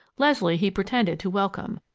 leslie he pretended to welcome,